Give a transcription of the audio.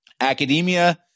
Academia